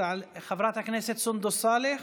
חברת הכנסת סונדוס סאלח,